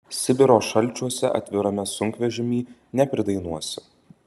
sibiro šalčiuose atvirame sunkvežimy nepridainuosi